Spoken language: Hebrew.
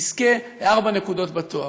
יזכה לארבע נקודות בתואר,